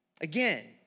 Again